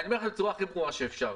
אני אומר בצורה הכי ברורה שאפשר,